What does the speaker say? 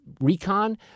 recon